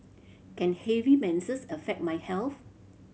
can heavy menses affect my health